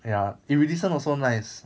ya iridescent also nice